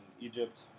egypt